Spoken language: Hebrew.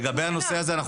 לגבי הנושא הזה,